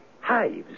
Hives